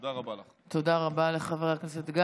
תודה רבה לך.